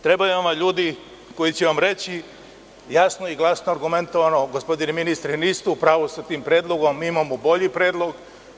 Trebaju vam ljudi koji će vam reći jasno, glasno i argumentovano - gospodine ministre niste u pravu sa tim predlogom, mi imamo bolji predlog.